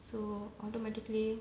so automatically